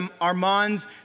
Armand's